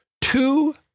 two